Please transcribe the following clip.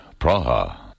Praha